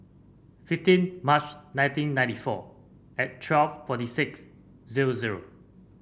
fifteen March nineteen ninety four and twelve forty six zero zero